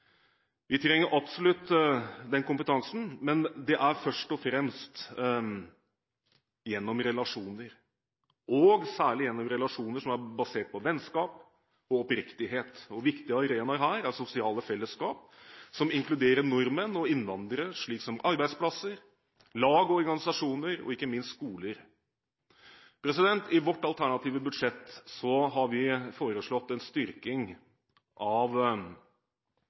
Vi trenger absolutt den kompetansen, men det er først og fremst gjennom relasjoner, og særlig gjennom relasjoner som er basert på vennskap og oppriktighet, man integreres. Viktige arenaer her er sosiale fellesskap som inkluderer nordmenn og innvandrere, slik som arbeidsplasser, lag og organisasjoner, og ikke minst skoler. I vårt alternative budsjett har vi foreslått en styrking